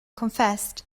confessed